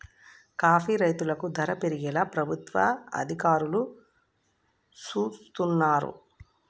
coffee రైతులకు ధర పెరిగేలా ప్రభుత్వ అధికారులు సూస్తున్నారు